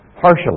partially